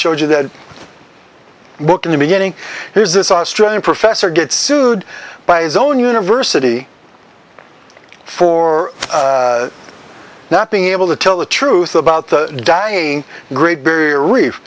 showed you the book in the beginning here's this australian professor gets sued by his own university for not being able to tell the truth about the dying great barrier reef